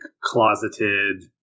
closeted